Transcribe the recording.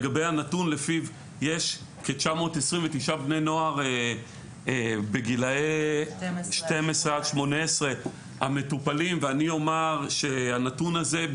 לגבי הנתון לפיו יש כ-929 בני נוער מטופלים בגילאי 12-18. הנתון הזה,